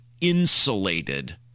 insulated